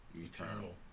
eternal